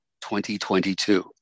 2022